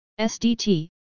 SDT